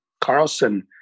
Carlson